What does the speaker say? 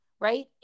right